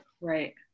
Right